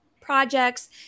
projects